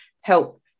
help